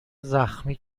زخمی